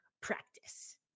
practice